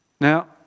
Now